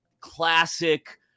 classic